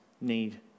need